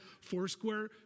Foursquare